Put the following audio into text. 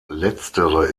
letztere